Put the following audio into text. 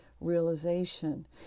realization